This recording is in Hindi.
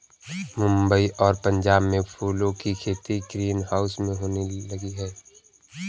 मुंबई और पंजाब में फूलों की खेती ग्रीन हाउस में होने लगी है